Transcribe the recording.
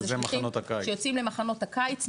שיוצאים למחנות הקיץ.